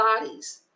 bodies